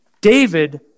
David